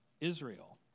Israel